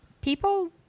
People